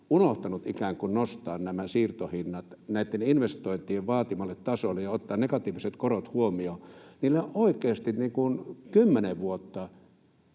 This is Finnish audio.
unohtanut nostaa siirtohinnat näitten investointien vaatimalle tasolle ottaen negatiiviset korot huomioon, niin sillä oikeasti on kymmenen vuotta